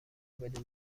بدون